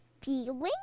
feeling